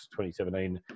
2017